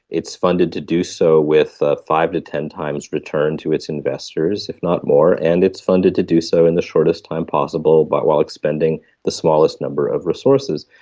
it's funded to do so with ah five to ten times return to its investors, if not more, and it's funded to do so in the shortest time possible but while expending the smallest number of resources.